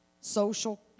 social